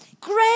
Great